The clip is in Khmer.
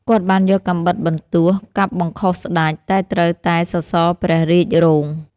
គាត់បានយកកាំបិតបន្ទោះកាប់បង្ខុសស្ដេច តែត្រូវតែសសរព្រះរាជរោង។